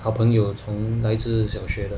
好朋友从来自小学的